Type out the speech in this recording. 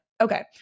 Okay